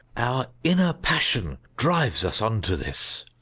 our inner passion drives us on to this.